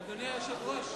רבותי, נא לשבת.